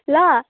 ल